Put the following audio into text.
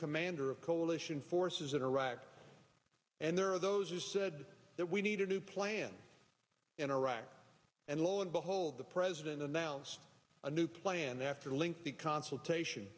commander of coalition forces in iraq and there are those who said that we need a new plan in iraq and lo and behold the president announced a new plan after a link to consultation